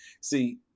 See